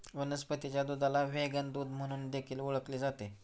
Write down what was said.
वनस्पतीच्या दुधाला व्हेगन दूध म्हणून देखील ओळखले जाते